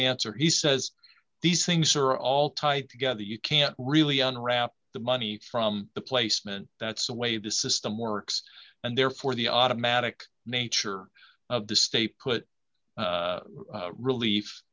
answer he says these things are all typed together you can't really unwrap the money from the placement that's the way the system works and therefore the automatic nature of the stay put